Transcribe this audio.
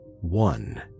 one